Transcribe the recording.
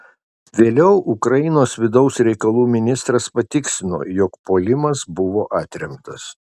vėliau ukrainos vidaus reikalų ministras patikslino jog puolimas buvo atremtas